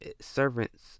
servants